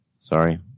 sorry